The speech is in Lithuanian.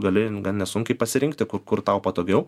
gali gan nesunkiai pasirinkti kur kur tau patogiau